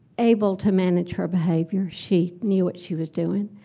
able to manage her behavior. she knew what she was doing.